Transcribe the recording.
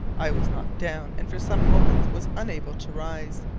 i was knocked down, and for some moments was unable to rise.